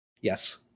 Yes